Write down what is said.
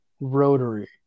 rotary